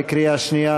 בקריאה שנייה,